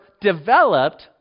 developed